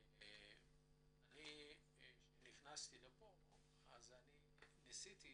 כשנכנסתי לפה ניסיתי